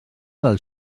del